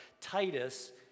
Titus